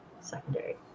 secondary